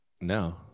No